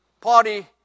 party